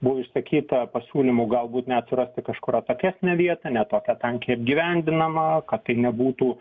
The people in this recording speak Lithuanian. buvo išsakyta pasiūlymų galbūt net surasti kažkur atokesnę vietą ne tokią tankiai apgyvendinamą kad tai nebūtų